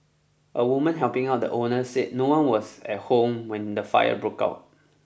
a woman helping out the owner said no one was at home when the fire broke out